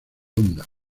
onda